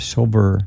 Sober